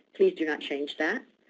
please do not change that.